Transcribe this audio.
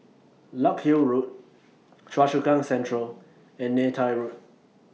Larkhill Road Choa Chu Kang Central and Neythai Road